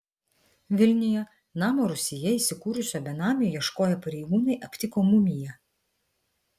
vilniuje namo rūsyje įsikūrusio benamio ieškoję pareigūnai aptiko mumiją